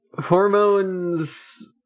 Hormones